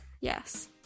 Yes